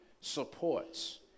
supports